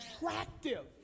Attractive